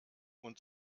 und